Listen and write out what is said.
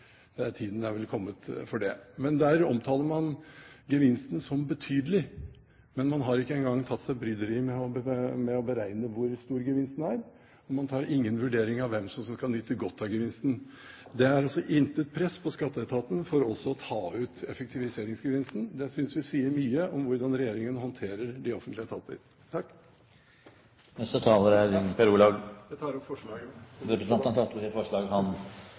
Tiden er vel kommet for det. Man omtaler gevinsten som betydelig for Skatteetaten, men man har ikke engang tatt seg bryderiet med å beregne hvor stor gevinsten er, og man tar ingen vurdering av hvem som kan nyte godt av gevinsten. Det er altså intet press på Skatteetaten for å ta ut effektiviseringsgevinsten. Det synes vi sier mye om hvordan regjeringen håndterer de offentlige etater. Jeg tar til slutt opp forslagene fra Høyre og de forslag der Høyre er medforslagsstiller, som ikke allerede er tatt opp. Representanten Gunnar Gundersen har tatt opp de forslagene han